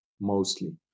mostly